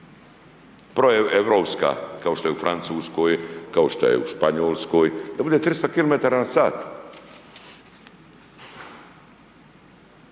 proeuropska, kao što je u Francuskoj kao što je u Španjolskoj, da bude 300 km/h. Pa